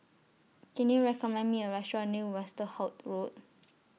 Can YOU recommend Me A Restaurant near Westerhout Road